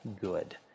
good